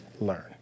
learn